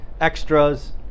extras